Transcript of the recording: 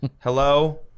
Hello